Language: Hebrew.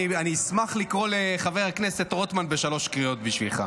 אני אשמח לקרוא את חבר הכנסת רוטמן בשלוש קריאות בשבילך.